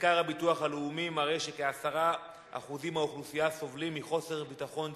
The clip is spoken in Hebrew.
סקר הביטוח הלאומי מראה שכ-10% מהאוכלוסייה סובלים מחוסר ביטחון תזונתי,